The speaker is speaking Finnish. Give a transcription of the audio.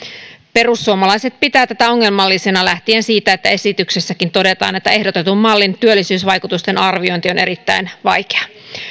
perussuomalaiset pitävät tätä ongelmallisena lähtien siitä että esityksessäkin todetaan että ehdotetun mallin työllisyysvaikutusten arviointi on erittäin vaikeaa